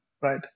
right